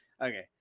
Okay